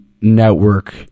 network